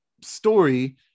story